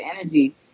energy